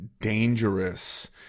dangerous